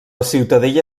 ciutadella